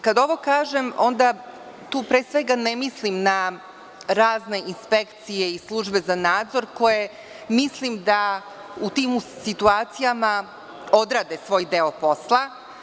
Kada ovo kažem, onda tu ne mislim na razne inspekcije i službe za nadzor koje u tim situacijama odrade svoj deo posla.